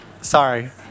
Sorry